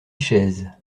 chaises